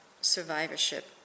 survivorship